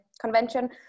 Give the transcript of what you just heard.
convention